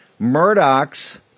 Murdochs